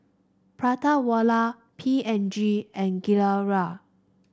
Prata Wala P and G and Gilera